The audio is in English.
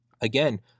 Again